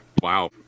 Wow